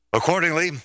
Accordingly